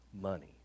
money